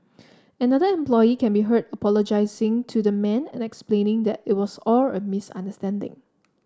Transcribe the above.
another employee can be heard apologising to the man and explaining that it was all a misunderstanding